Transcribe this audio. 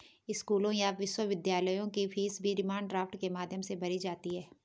स्कूलों या विश्वविद्यालयों की फीस भी डिमांड ड्राफ्ट के माध्यम से भरी जाती है